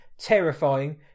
terrifying